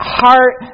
heart